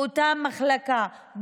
באותה מחלקה,